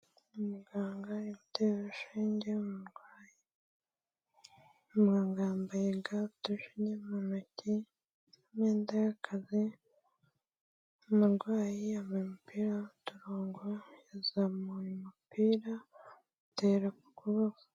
Umuganga uteye urushege umurwayi yambaye ga afite urushinge mu intoki, imyenda y'akazi, umurwayi yambaye umupira w'uturongora yazamuye umupira atera kubabazo.